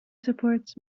supports